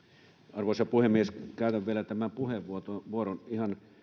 arvoisa puhemies käytän vielä tämän puheenvuoron ihan